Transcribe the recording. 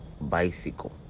bicycle